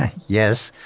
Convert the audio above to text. yes,